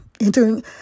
entering